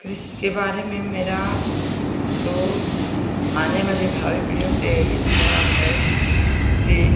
कृषि के बारे में मेरा तो आने वाली भावी पीढ़ियों से यही सुझाव है कि